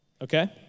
Okay